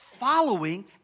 following